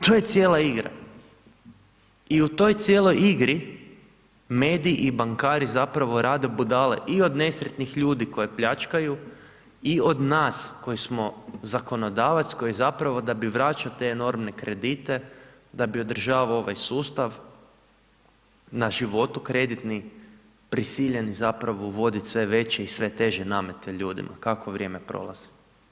To je cijela igra i u toj cijeloj igri mediji i bankari zapravo rade budale i od nesretnih ljudi koje pljačkaju i od nas koji smo zakonodavac, koji zapravo da bi vraćao te enormne kredite, da bi održavao ovaj sustav na životu, krediti, prisiljeni zapravo voditi sve veće i sve teže namete ljudima kako vrijeme prolazi.